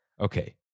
Okay